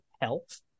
health